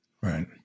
Right